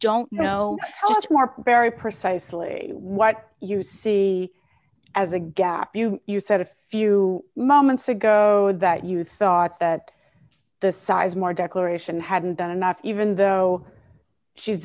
don't know tell us more very precisely what you see as a gap you you said a few moments ago that you thought that the sizemore declaration hadn't done enough even though she's